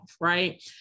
right